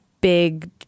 big